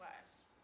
less